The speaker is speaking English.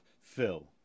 Phil